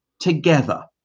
together